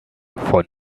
von